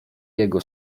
jego